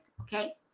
okay